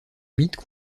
mythe